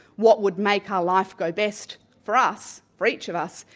what would make our life go best for us, for each of us,